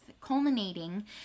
culminating